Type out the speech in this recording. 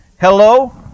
Hello